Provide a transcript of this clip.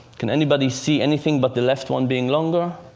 can anybody see anything but the left one being longer?